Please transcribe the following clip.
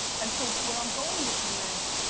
and so where i'm going with you is